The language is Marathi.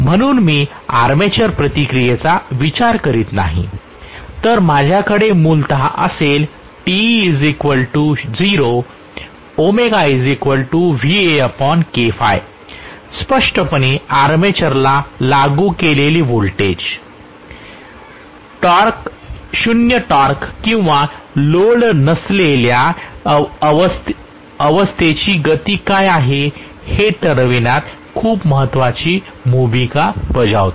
म्हणून जर मी आर्मेचर प्रतिक्रियेचा विचार करत नाही तर माझ्याकडे मूलतः असेल Te0 ω स्पष्टपणे आर्मेचर ला लागू केलेले वोल्टेज शून्य टॉर्क किंवा लोड नसलेल्या अवस्थेची गती काय आहे हे ठरविण्यात खूप महत्वाची भूमिका बजावते